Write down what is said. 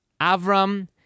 Avram